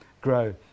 grow